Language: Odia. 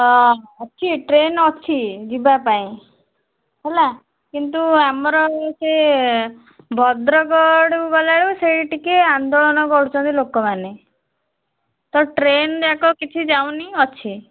ହଁ ଅଛି ଟ୍ରେନ୍ ଅଛି ଯିବାପାଇଁ ହେଲା କିନ୍ତୁ ଆମର ସେ ଭଦ୍ରକ ଆଡ଼କୁ ଗଲାବେଳକୁ ସେଇ ଟିକିଏ ଆନ୍ଦୋଳନ କରୁଛନ୍ତି ଲୋକମାନେ ତ ଟ୍ରେନ୍ ଯାକ କିଛି ଯାଉନି ଅଛି